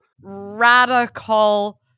radical